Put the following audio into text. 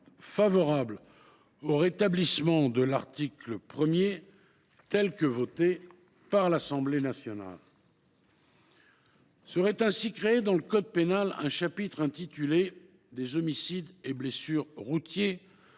favorable au rétablissement de l’article 1, tel qu’il a été voté par l’Assemblée nationale. Serait ainsi créé dans le code pénal un chapitre intitulé « Des homicides et blessures routiers »,